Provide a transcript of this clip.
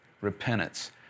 repentance